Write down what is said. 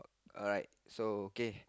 alright so okay